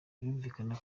birumvikana